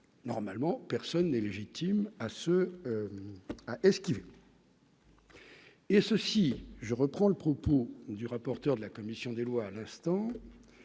normalement personne est légitime à ce esquive. Et ceci, je reprends le propos du rapporteur de la commission des lois à l'instant,